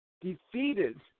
defeated